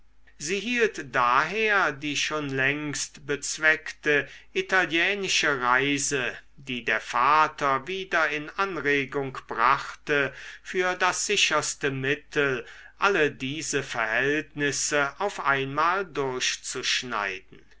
sie hielt daher die schon längst bezweckte italienische reise die der vater wieder in anregung brachte für das sicherste mittel alle diese verhältnisse auf einmal durchzuschneiden